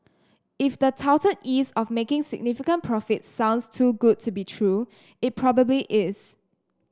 if the touted ease of making significant profits sounds too good to be true it probably is